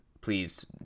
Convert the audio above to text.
please